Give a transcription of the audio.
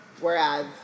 Whereas